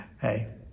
Hey